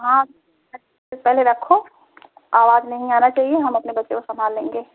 हाँ पहले रखो आवाज़ नहीं आना चाहिए हम अपने बच्चे को संभाल लेंगे